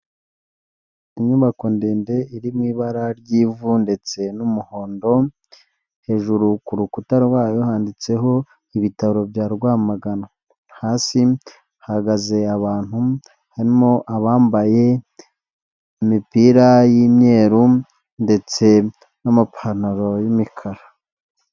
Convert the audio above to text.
Inyubako ndende iri mu ibara ry'ivu ndetse n'umuhondo, hejuru ku rukuta rwayo handitseho ibitaro bya Rwamagana, hasi hahagaze abantu harimo abambaye imipira y'imyeru ndetse n'amapantaro y'imikara.